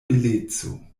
beleco